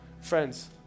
Friends